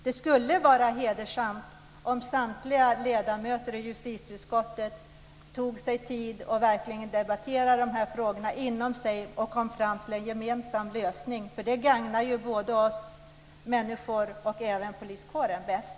Det skulle vara hedersamt om samtliga ledamöter i justitieutskottet tog sig tid att verkligen debattera de här frågorna och kom fram till en gemensam lösning. Det gagnar ju både oss människor och poliskåren bäst.